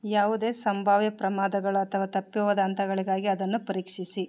ಯಾವುದೇ ಸಂಭಾವ್ಯ ಪ್ರಮಾದಗಳ ಅಥವಾ ತಪ್ಪಿ ಹೋದ ಹಂತಗಳಿಗಾಗಿ ಅದನ್ನು ಪರೀಕ್ಷಿಸಿ